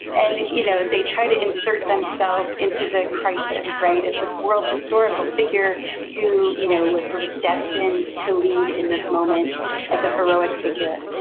you know they try to insert themselves into the crisis. right. as this world historical figure who you know was sort of destined to lead in this moment as a heroic figure.